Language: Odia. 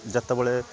ଯେତେବେଳେ